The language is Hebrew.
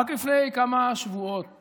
רק לפני כמה שבועות